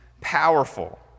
powerful